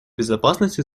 безопасности